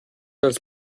als